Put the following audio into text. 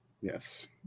Yes